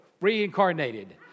reincarnated